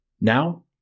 Now